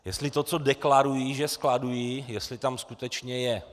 Jestli to, co deklarují, že skladují, tam skutečně je.